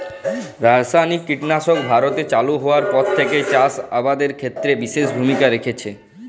রাসায়নিক কীটনাশক ভারতে চালু হওয়ার পর থেকেই চাষ আবাদের ক্ষেত্রে বিশেষ ভূমিকা রেখেছে